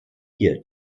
hier